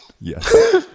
Yes